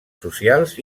socials